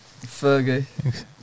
Fergie